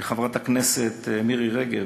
מחברת הכנסת מירי רגב,